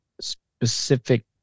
specific